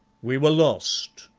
we were lost,